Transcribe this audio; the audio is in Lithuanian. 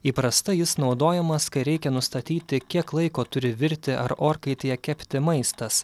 įprastai jis naudojamas kai reikia nustatyti kiek laiko turi virti ar orkaitėje kepti maistas